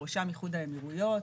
בראשם איחוד האמירויות.